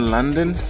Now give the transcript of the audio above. London